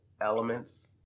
elements